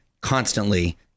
constantly